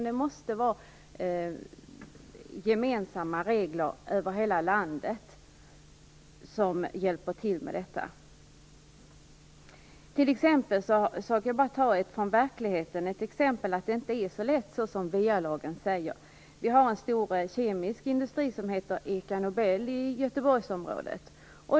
Det måste vara gemensamma regler över hela landet för att hantera frågan. Jag skall nämna ett exempel från verkligheten som visar att det inte är så lätt som va-lagen säger. Vi har ett stort kemiskt industriföretag som heter Eka Nobel i Göteborgsområdet.